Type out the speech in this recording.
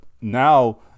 now